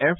F